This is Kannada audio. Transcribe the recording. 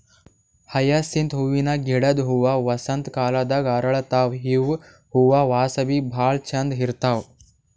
ಹಯಸಿಂತ್ ಹೂವಿನ ಗಿಡದ್ ಹೂವಾ ವಸಂತ್ ಕಾಲದಾಗ್ ಅರಳತಾವ್ ಇವ್ ಹೂವಾ ವಾಸನಿ ಭಾಳ್ ಛಂದ್ ಇರ್ತದ್